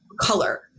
color